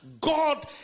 God